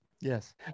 Yes